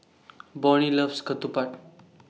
Bonny loves Ketupat